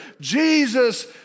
Jesus